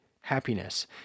happiness